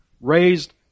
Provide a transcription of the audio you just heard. Raised